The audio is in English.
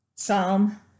Psalm